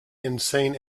insane